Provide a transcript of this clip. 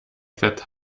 that